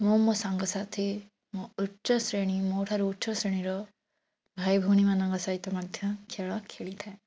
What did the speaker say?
ମୁଁ ମୋ ସାଙ୍ଗସାଥି ମୋ ଉଚ୍ଚ ଶ୍ରେଣୀ ମୋ ଠାରୁ ଉଚ୍ଚ ଶ୍ରେଣୀର ଭାଇ ଭଉଣୀମାନଙ୍କ ସହିତ ମଧ୍ୟ ଖେଳ ଖେଳିଥାଏ